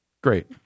Great